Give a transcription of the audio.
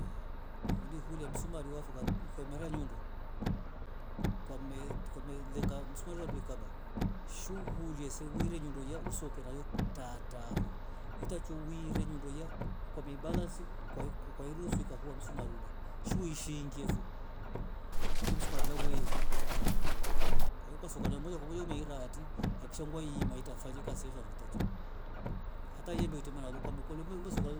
Aiye huli hulia msunga ruwavakan ukommaraja nyondo kwame tu kwame msumari wandu wekaba shu hulia serewe nyundo ya uso ukera yo tata vo mtachuwire nyundo ya ukwa mebalasi kwaio kukwa yuruswika vua msumarule shuweshi ingiievo ili msamuali ralu wende ehh kwahio kwasoka na moja kwa moja unairati akishan ngwai maita fanyika sevarutachu ataye bweta malalukwa mikonovele umbe sokayo